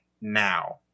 now